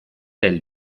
del